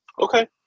Okay